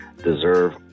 deserve